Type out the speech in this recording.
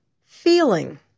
feeling